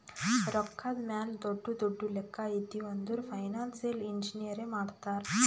ರೊಕ್ಕಾದ್ ಮ್ಯಾಲ ದೊಡ್ಡು ದೊಡ್ಡು ಲೆಕ್ಕಾ ಇದ್ದಿವ್ ಅಂದುರ್ ಫೈನಾನ್ಸಿಯಲ್ ಇಂಜಿನಿಯರೇ ಮಾಡ್ತಾರ್